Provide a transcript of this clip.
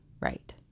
right